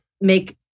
make